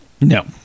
No